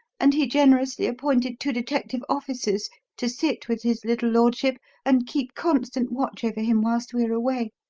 and he generously appointed two detective officers to sit with his little lordship and keep constant watch over him whilst we are away.